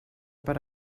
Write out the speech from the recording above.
per